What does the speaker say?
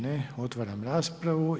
Ne otvaram raspravu.